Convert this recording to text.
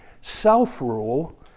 self-rule